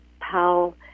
Powell